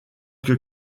que